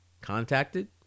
contacted